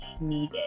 needed